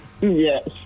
Yes